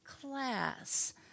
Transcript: class